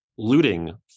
looting